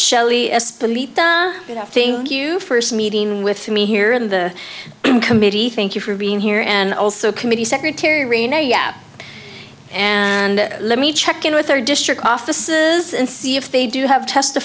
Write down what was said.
shelley s police think you first meeting with me here in the committee thank you for being here and also committee secretary renae yap and let me check in with our district offices and see if they do have test